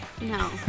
No